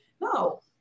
No